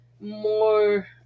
more